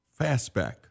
Fastback